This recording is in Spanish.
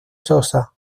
sosa